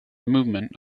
movement